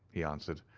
he answered.